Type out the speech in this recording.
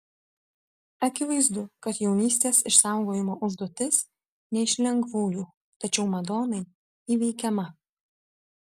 akivaizdu kad jaunystės išsaugojimo užduotis ne iš lengvųjų tačiau madonai įveikiama